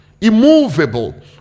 immovable